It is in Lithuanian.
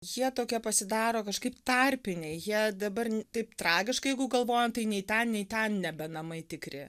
jie tokie pasidaro kažkaip tarpiniai jie dabar taip tragiškai jeigu galvojant tai nei ten nei ten nebe namai tikri